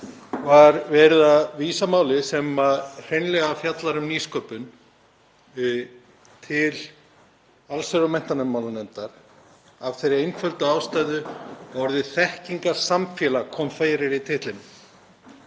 var verið að vísa máli sem hreinlega fjallar um nýsköpun til allsherjar- og menntamálanefndar af þeirri einföldu ástæðu að orðið þekkingarsamfélag kemur fyrir í titlinum.